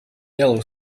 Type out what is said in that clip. yellow